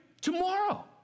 tomorrow